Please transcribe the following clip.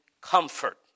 comfort